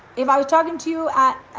if i was talking to you at